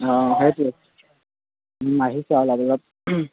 অঁ সেইটোৱে আহিছে আৰু অলপ